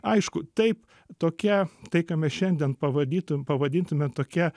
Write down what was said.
aišku taip tokia tai ką mes šiandien pavadytume pavadintume tokia